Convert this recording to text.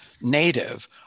native